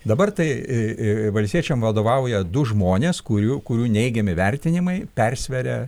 dabar tai valstiečiam vadovauja du žmonės kurių kurių neigiami vertinimai persveria